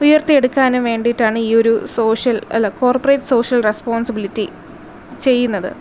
ഉയർത്തിയെടുക്കാനും വേണ്ടിയിട്ടാണ് ഈ ഒരു സോഷ്യൽ അല്ല കോർപ്പറേറ്റ് സോഷ്യൽ റെസ്പോൺസിബിലിറ്റി ചെയ്യുന്നത്